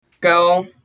go